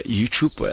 YouTube